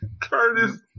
Curtis